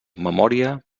memòria